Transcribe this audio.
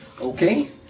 Okay